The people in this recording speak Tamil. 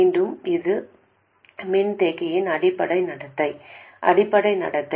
மீண்டும் இது மின்தேக்கியின் அடிப்படை நடத்தை